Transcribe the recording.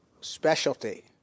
specialty